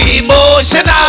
emotional